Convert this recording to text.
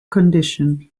condition